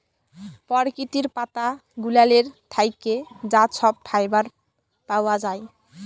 পরকিতির পাতা গুলালের থ্যাইকে যা ছব ফাইবার পাউয়া যায়